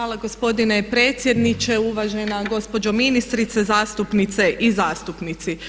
Hvala gospodine predsjedniče, uvažena gospođo ministrice, zastupnice i zastupnici.